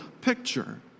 picture